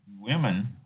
women